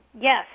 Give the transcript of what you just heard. Yes